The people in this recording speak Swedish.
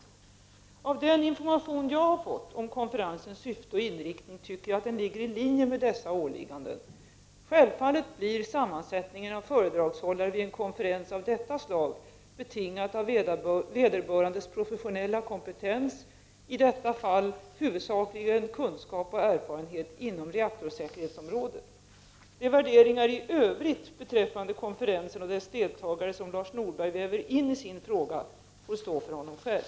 Av den information jag har fått om konferensens syfte och inriktning tycker jag att den ligger i linje med dessa åligganden. Självfallet blir sammansättningen av föredragshållare vid en konferens av detta slag betingat av vederbörandes professionella kompetens, i detta fall huvudsakligen kunskap och erfarenhet inom reaktorsäkerhetsområdet. De värderingar beträffande konferensen och dess deltagare som Lars Norberg i övrigt väver in i sin fråga får stå för honom själv.